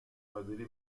حاضری